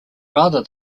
rather